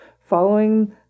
following